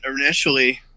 initially